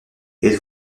êtes